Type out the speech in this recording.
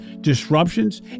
disruptions